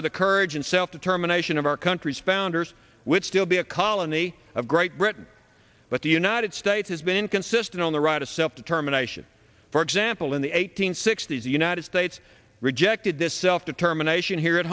for the courage and self determination of our country founders would still be a colony of great britain but the united states has been consistent on the right of self determination for example in the eighteenth sixty's the united states rejected this determination here at